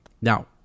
now